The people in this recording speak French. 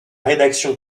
rédaction